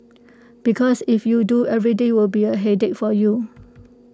because if you do every day will be A headache for you